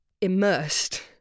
immersed